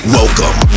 Welcome